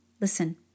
Listen